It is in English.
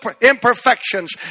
imperfections